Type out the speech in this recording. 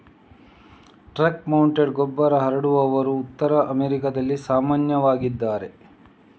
truck mounted ಗೊಬ್ಬರ ಹರಡುವವರು ಉತ್ತರ ಅಮೆರಿಕಾದಲ್ಲಿ ಸಾಮಾನ್ಯವಾಗಿದ್ದಾರೆ